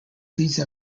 these